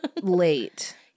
Late